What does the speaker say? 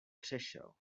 přešel